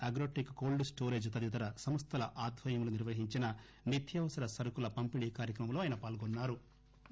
Agrotech cold storage తదితర సంస్దల ఆధ్వర్యంలో నిర్వహించిన నిత్యావసర సరుకుల పంపిణీ కార్యక్రమంలో పాల్గొన్నారు